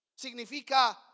significa